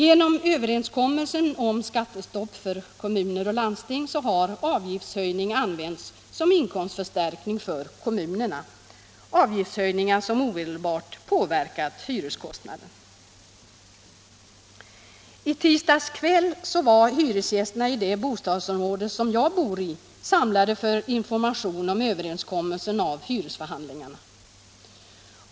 Efter överenskommelsen om skattestopp för kommuner och landsting har avgiftshöjning använts som inkomstförstärkning för kommunerna, och dessa höjningar har omedelbart påverkat hyreskostnaden. I tisdags kväll var hyresgästerna i det bostadsområde som jag bor i samlade för information om överenskommelsen i hyresförhandlingarna.